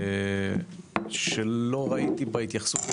שלא ראיתי בהתייחסות,